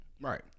Right